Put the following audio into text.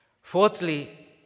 Fourthly